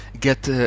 get